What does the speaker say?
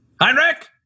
Heinrich